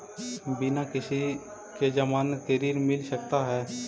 बिना किसी के ज़मानत के ऋण मिल सकता है?